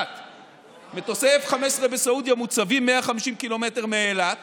1. מטוסי F-15 בסעודיה מוצבים 150 קילומטר מאילת